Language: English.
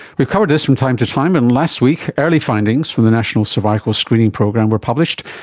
we've covered this from time to time and last week early findings from the national cervical screening program were published,